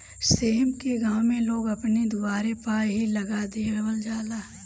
सेम के गांव में लोग अपनी दुआरे पअ ही लगा देहल जाला